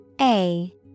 A-